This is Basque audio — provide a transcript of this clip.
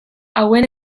hauen